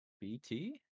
BT